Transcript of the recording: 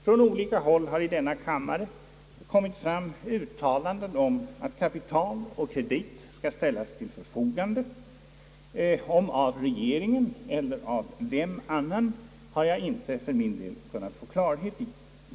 Från olika håll har i denna kammare kommit fram uttalanden om att kapital och kredit skall ställas till förfogande — om av regeringen eller av vem annars har jag inte kunnat få klarhet i.